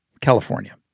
california